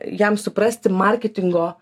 jam suprasti marketingo